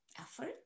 effort